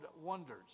wonders